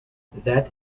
that